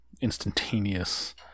instantaneous